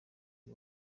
uyu